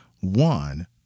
one